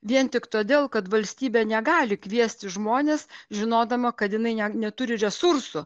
vien tik todėl kad valstybė negali kviesti žmones žinodama kad jinai ne neturi resursų